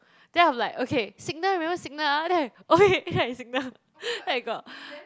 then I'm like okay signal remember signal ah then I okay then I signal then I got